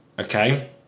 okay